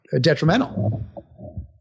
detrimental